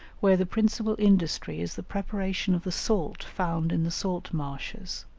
where the principal industry is the preparation of the salt found in the salt marshes.